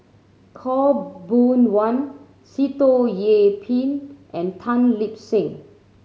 Khaw Boon Wan Sitoh Yih Pin and Tan Lip Seng